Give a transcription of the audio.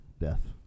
death